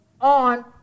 on